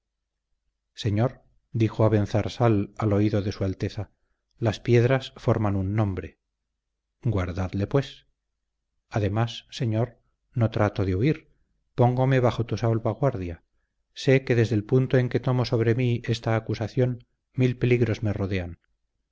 señor dijo abenzarsal al oído de su alteza las piedras forman un nombre guardadle pues además señor no trato de huir póngome bajo tu salvaguardia sé que desde el punto en que tomo sobre mí esta acusación mil peligros me rodean